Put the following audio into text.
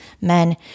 men